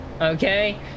Okay